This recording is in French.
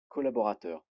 collaborateurs